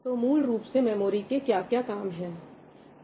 तो मूल रूप से मेमोरी के क्या क्या काम है